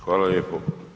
Hvala lijepo.